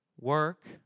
Work